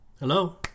Hello